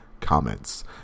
Comments